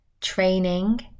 training